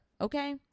okay